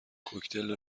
کوکتل